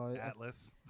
Atlas